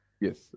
yes